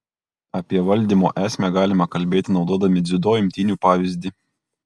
apie valdymo esmę galime kalbėti naudodami dziudo imtynių pavyzdį